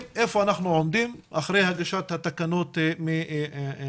איפה אנחנו עומדים אחרי הגשת התקנות אתמול,